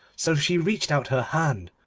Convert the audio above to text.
so she reached out her hand,